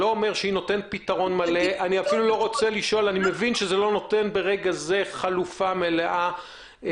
אני מבין שזה לא נותן פתרון מלא או חלופה מלאה.